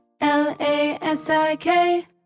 L-A-S-I-K